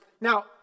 Now